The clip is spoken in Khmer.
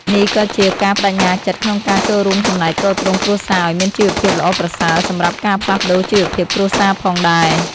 នេះក៏ជាការប្តេជ្ញាចិត្តក្នុងការចូលរួមចំណែកទ្រទ្រង់គ្រួសារឲ្យមានជីវភាពល្អប្រសើរសម្រាប់ការផ្លាស់ប្តូរជីវភាពគ្រួសារផងដែរ។